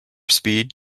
speed